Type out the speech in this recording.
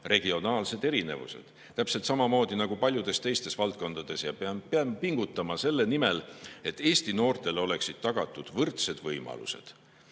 regionaalsed erinevused täpselt samamoodi nagu paljudes teistes valdkondades. Me peame pingutama selle nimel, et Eesti noortele oleksid tagatud võrdsed võimalused.